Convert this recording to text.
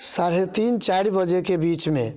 साढ़े तीन चारि बजेके बीचमे